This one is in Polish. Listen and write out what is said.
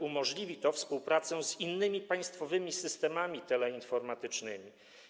Umożliwi to współpracę z innymi państwowymi systemami teleinformatycznymi.